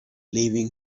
leaving